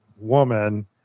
woman